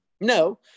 No